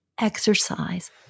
exercise